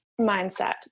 mindset